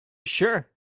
sure